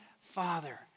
father